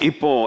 Ipo